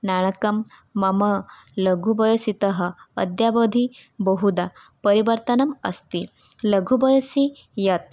नाणकं मम लघुवयसितः अद्यावधि बहुधा परिवर्तनम् अस्ति लघुवयसि यत्